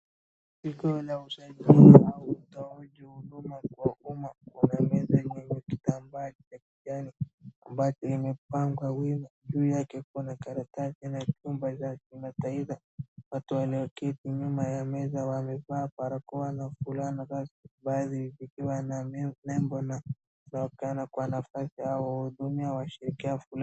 Tukio la usajili au utoaji huduma kwa umma. Kuna meza yenye kitambaa cha kijani ambayo imepangwa wima, juu yake kuna karatasi na vyumba vya kimataifa. Watu walioketi nyuma ya meza wamevaa barakoa na fulana rasmi baadhi zikiwa na nembo na wanaonekana kuwa na nafasi ya kuwahudumia washiriki fulani.